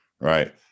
Right